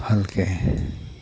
ভালকৈ